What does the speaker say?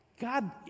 God